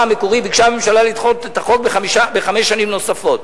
המקורי ביקשה הממשלה לדחות את יישום החוק בחמש שנים נוספות.